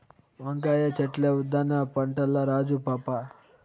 వంకాయ చెట్లే ఉద్దాన పంటల్ల రాజు పాపా